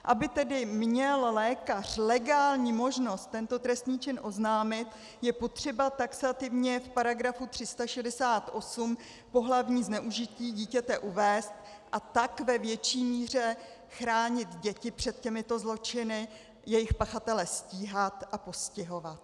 Aby tedy měl lékař legální možnost tento trestný čin oznámit, je potřeba taxativně v § 368 pohlavní zneužití dítěte uvést, a tak ve větší míře chránit děti před těmito zločiny, jejich pachatele stíhat a postihovat.